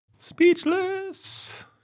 Speechless